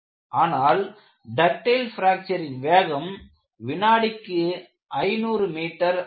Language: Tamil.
ஆனால் டக்டைல் பிராக்ச்சரின் வேகம் வினாடிக்கு 500 மீட்டர் ஆகும்